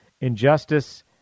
injustice